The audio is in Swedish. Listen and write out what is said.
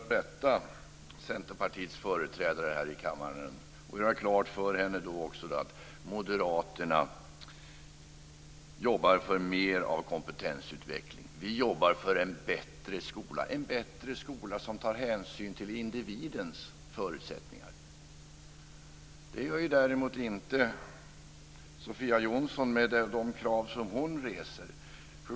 Fru talman! Jag får börja med att rätta Centerpartiets företrädare i kammaren och göra klart för henne att moderaterna jobbar för mer av kompetensutveckling. Vi jobbar för en bättre skola som tar hänsyn till individens förutsättningar. Det gör däremot inte Sofia Jonsson med de krav hon reser.